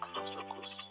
obstacles